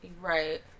Right